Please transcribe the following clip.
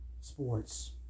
sports